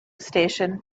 station